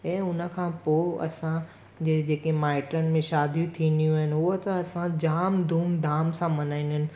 ऐं हुन खां पोइ असांजे जेके माइटनि में शादियूं थींदियूं आहिनि उहा त असां जाम धूम धाम सां मल्हाईंदा आहियूं